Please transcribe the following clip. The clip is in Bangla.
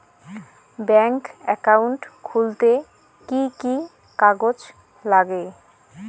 ব্যাঙ্ক একাউন্ট খুলতে কি কি কাগজ লাগে?